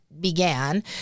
began